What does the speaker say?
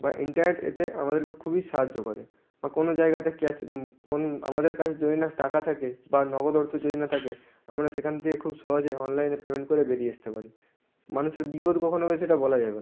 বা ইন্টারনেট এতে আমাদেরকে খুবই সাহায্য করে বা কোনো জায়গাতে ক্যাশ কোন আমাদের কাছে যদি না টাকা থাকে বা নগদ অর্থ যদি না থাকে আমরা সেখান থেকে খুব সহজে অনলাইনে পেমেন্ট করে বেরিয়ে আসতে পারি মানুষের বিপদ কখন হবে সেটা বলা যাবে না